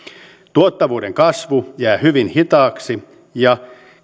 tuottavuuden kasvu jää hyvin hitaaksi ja